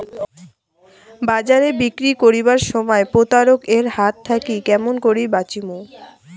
বাজারে বিক্রি করিবার সময় প্রতারক এর হাত থাকি কেমন করি বাঁচিমু?